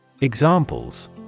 Examples